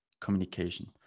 communication